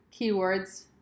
keywords